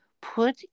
Put